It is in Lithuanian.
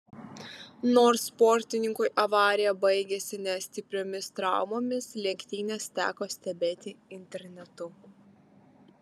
nors sportininkui avarija baigėsi ne stipriomis traumomis lenktynes teko stebėti internetu